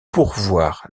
pourvoir